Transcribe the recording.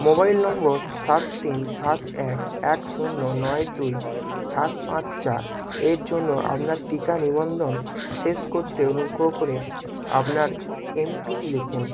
mobile নম্বর সাত তিন সাত এক এক শূন্য নয় দুই সাত পাঁচ চার এর জন্য আপনার টিকা নিবন্ধন শেষ করতে অনুগ্রহ করে আপনার এমপিন লিখুন